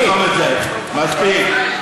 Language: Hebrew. מספיק.